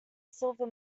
silver